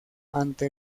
ante